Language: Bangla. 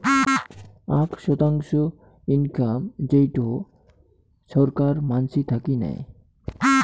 আক শতাংশ ইনকাম যেইটো ছরকার মানসি থাকি নেয়